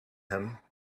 him